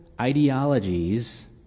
ideologies